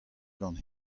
gant